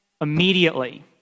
immediately